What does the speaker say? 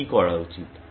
আমার কি করা উচিৎ